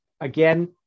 again